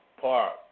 Park